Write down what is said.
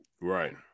Right